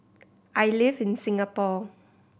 I live in Singapore